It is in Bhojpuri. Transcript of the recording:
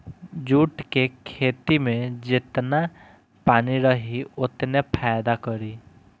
जूट के खेती में जेतना पानी रही ओतने फायदा करी